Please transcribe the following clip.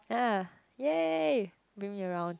ya !yay! bring me around